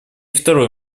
второй